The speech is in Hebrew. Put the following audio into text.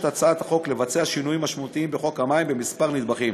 הצעת החוק לבצע שינויים משמעותיים בחוק המים בכמה נדבכים.